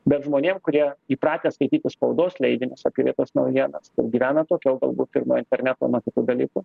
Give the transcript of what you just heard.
bet žmonėm kurie įpratę skaityti spaudos leidinius apie vietos naujienas gyvena atokiau galbūt ir nuo interneto nuo kitų dalykų